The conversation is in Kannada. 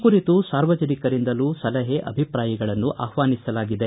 ಈ ಕುರಿತು ಸಾರ್ವಜನಿಕರಿಂದಲೂ ಸಲಹೆ ಅಭಿಪ್ರಾಯಗಳನ್ನು ಆಹ್ವಾನಿಸಲಾಗಿದೆ